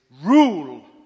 rule